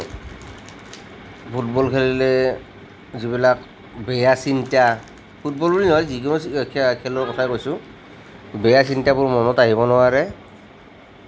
football খেলিলে যিবিলাক বেয়া চিন্তা ফুটবল বুলি নহয় যিকোনো চি খেলৰ কথা কৈছোঁ বেয়া চিন্তাবোৰ মনত আহিব নোৱাৰে